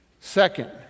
Second